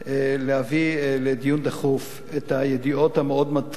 להביא לדיון דחוף את הידיעות המטרידות מאוד,